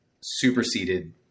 superseded